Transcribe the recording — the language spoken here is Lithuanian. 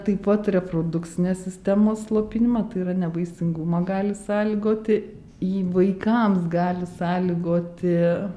taip pat reprodukcinės sistemos slopinimą tai yra nevaisingumą gali sąlygoti jį vaikams gali sąlygoti